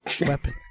Weapon